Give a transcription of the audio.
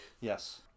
Yes